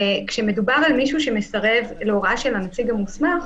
וכשמדובר על מישהו שמסרב להוראה של הנציג המוסמך,